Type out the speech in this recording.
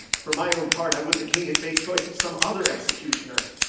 for my own part, i would the king had made choice of some other executioner.